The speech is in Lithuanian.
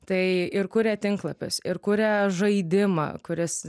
tai ir kuria tinklapius ir kuria žaidimą kuris